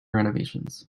renovations